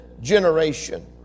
generation